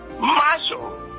marshal